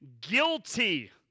guilty